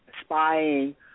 spying